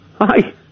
Hi